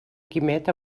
quimet